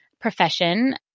profession